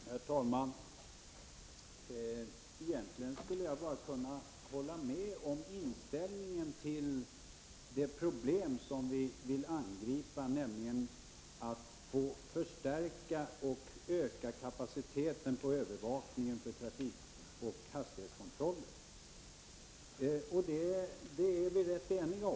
Herr talman! Egentligen skulle jag bara kunna hålla med om inställningen till det problem som vi vill angripa, nämligen att vi behöver förstärka och öka kapaciteten i övervakningen och kontrollen av hastigheterna. Det är vi rätt eniga om.